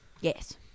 Yes